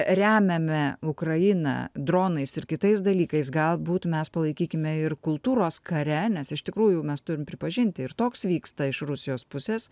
remiame ukrainą dronais ir kitais dalykais galbūt mes palaikykime ir kultūros kare nes iš tikrųjų mes turim pripažinti ir toks vyksta iš rusijos pusės